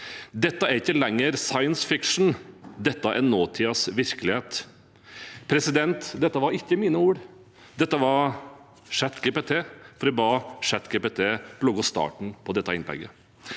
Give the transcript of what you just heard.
Dette er ikke lenger science fiction, dette er nåtidens virkelighet. Dette var ikke mine ord, dette var ChatGPT. Jeg ba ChatGPT lage starten på dette innlegget.